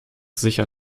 sicher